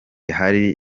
hari